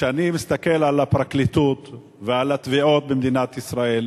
כשאני מסתכל על הפרקליטות ועל התביעות במדינת ישראל,